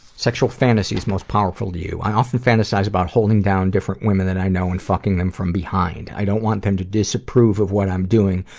sexual fantasies most powerful to youtumbler i often fantasise about holding down different women that i know, and fucking them from behind. i don't want them to disapprove of what i am doing,